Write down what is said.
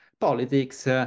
politics